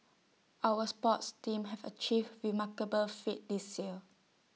our sports teams have achieved remarkable feats this year